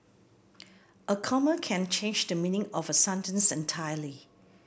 a comma can change the meaning of a sentence entirely